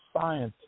scientists